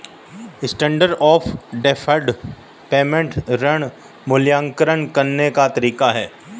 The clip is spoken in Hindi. स्टैण्डर्ड ऑफ़ डैफर्ड पेमेंट ऋण मूल्यांकन करने का तरीका है